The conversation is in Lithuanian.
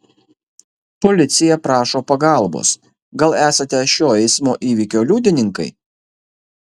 policija prašo pagalbos gal esate šio eismo įvykio liudininkai